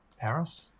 Paris